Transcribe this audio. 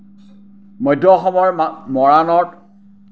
মধ্য অসমৰ মৰাণত